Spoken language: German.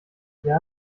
der